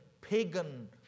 pagan